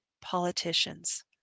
Politicians